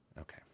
okay